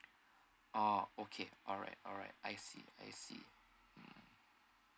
oh okay alright alright I see I see hmm